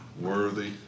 worthy